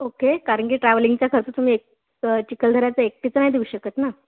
okay कारण की ट्रॅव्हलिंगचा खर्च तुम्ही एक चिखलदऱ्याचं एकटीचं नाही देऊ शकत ना